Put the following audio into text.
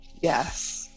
yes